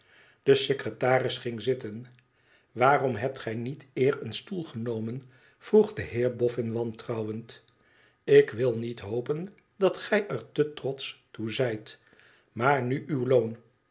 de secretaris ging zitten t waarom hebt gij niet eer een stoel genomen vroeg de heer bofn wantrouwend ik wil niet hopen dat gij er te trotsch toe zijt maar nu uw loon